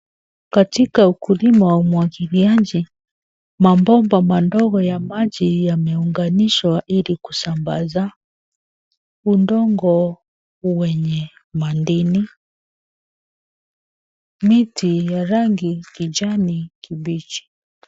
Katika ukulima wa umwagiliaji, mabomba madogo ya maji yameunganishwa ili kusambaza. Udongo wenye madini, miti ya rangi kijani kibichi.